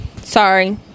sorry